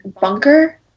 bunker